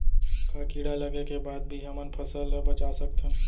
का कीड़ा लगे के बाद भी हमन फसल ल बचा सकथन?